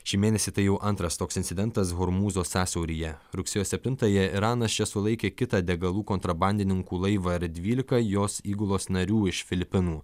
šį mėnesį tai jau antras toks incidentas hormūzo sąsiauryje rugsėjo septyintąją iranas čia sulaikė kitą degalų kontrabandininkų laivą ir dvylikos jos įgulos narių iš filipinų